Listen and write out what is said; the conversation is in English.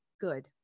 good